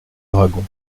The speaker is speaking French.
dragons